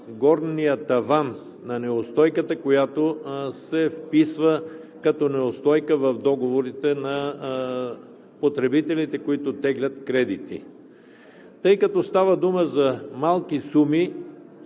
горния таван на неустойката, която се вписва като неустойка в договорите на потребителите, които теглят кредити. Тъй като става дума за малки суми,